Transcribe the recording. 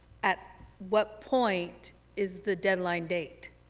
at what point is the deadline date?